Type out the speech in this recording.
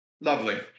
Lovely